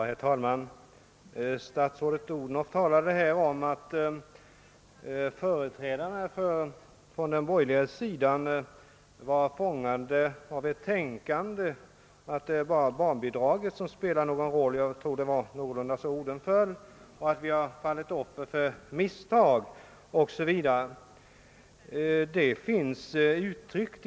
Herr talman! Statsrådet Odhnoff påstod att företrädarna för den borgerliga sidan var fångna i föreställningen att det bara är barnbidraget som spelar någon roll — jag tror det var ungefär så orden föll — och att vi hade fallit offer för ett missförstånd.